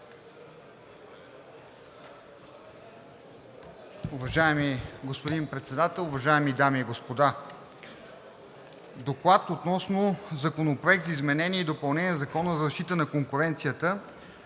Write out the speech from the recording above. Уважаеми господин Председател, уважаеми дами и господа! „ДОКЛАД относно Законопроект за изменение и допълнение на Закона за защита на конкуренцията,